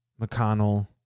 McConnell